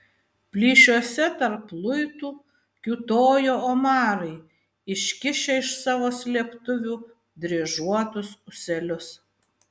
plyšiuose tarp luitų kiūtojo omarai iškišę iš savo slėptuvių dryžuotus ūselius